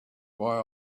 why